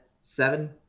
seven